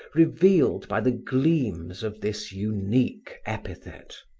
revealed by the gleams of this unique epithet.